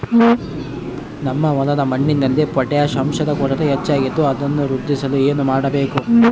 ನಮ್ಮ ಹೊಲದ ಮಣ್ಣಿನಲ್ಲಿ ಪೊಟ್ಯಾಷ್ ಅಂಶದ ಕೊರತೆ ಹೆಚ್ಚಾಗಿದ್ದು ಅದನ್ನು ವೃದ್ಧಿಸಲು ಏನು ಮಾಡಬೇಕು?